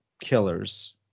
killers –